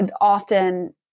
often